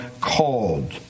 called